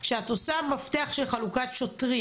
לא כשיש עוני או כשיש עושר, אלא כשיש פערים.